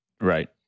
Right